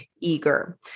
eager